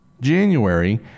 January